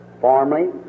formerly